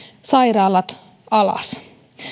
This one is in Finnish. sairaalat alas